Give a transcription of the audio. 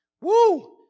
Woo